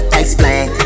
explain